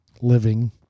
living